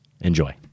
enjoy